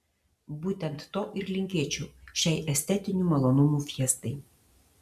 būtent to ir linkėčiau šiai estetinių malonumų fiestai